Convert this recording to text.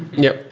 yeah.